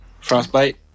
Frostbite